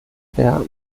der